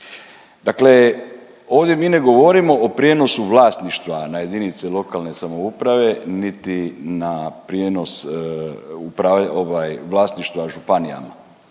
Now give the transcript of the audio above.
Dakle, ovdje mi ne govorimo o prijenosu vlasništva na jedinice lokalne samouprave niti na prijenos uprav…, ovaj vlasništva županijama